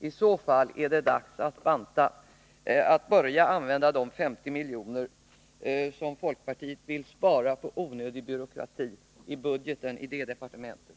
I så fall är det dags att börja använda de 50 miljoner som folkpartiet vill spara på onödig byråkrati i budgeten i det departementet.